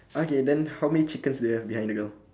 okay then how many chickens do you have behind the girl